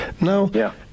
Now